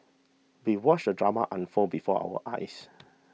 we watched the drama unfold before our eyes